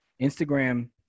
Instagram